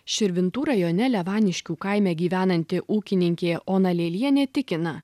širvintų rajone levaniškių kaime gyvenanti ūkininkė ona lelienė tikina